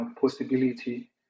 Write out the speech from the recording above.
possibility